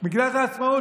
מגילת העצמאות,